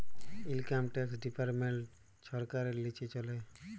income tax department ছরকারের লিচে চলে